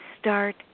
start